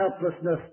helplessness